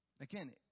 Again